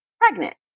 pregnant